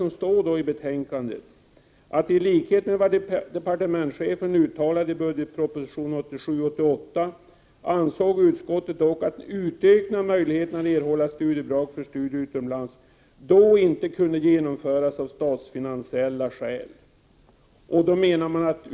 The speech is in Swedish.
Men i betänkandet står: ”I likhet med vad departementschefen uttalade i budgepropositionen 1987/88:100 ansåg utskottet dock att en utökning av möjligheterna att erhålla studiebidrag för studier utomlands då inte kunde genomföras av statsfinansiella skäl.